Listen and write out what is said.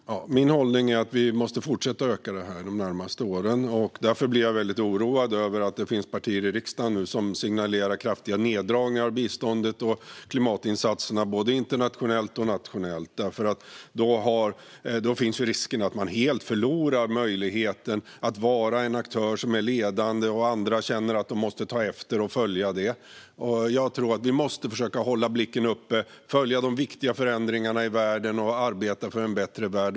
Fru talman! Min hållning är att vi måste fortsätta att öka detta de närmaste åren. Därför blir jag oroad över att det finns partier i riksdagen som signalerar kraftiga neddragningar av biståndet och klimatinsatserna både internationellt och nationellt. Då finns risken att vi helt förlorar möjligheten att vara en aktör som är ledande där andra känner att de måste följa efter. Vi måste försöka att hålla blicken uppe, följa de viktiga förändringarna i världen och arbeta för en bättre värld.